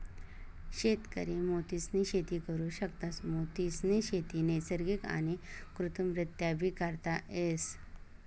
शेतकरी मोतीसनी शेती करु शकतस, मोतीसनी शेती नैसर्गिक आणि कृत्रिमरीत्याबी करता येस